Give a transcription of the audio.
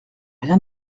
rien